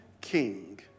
king